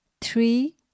three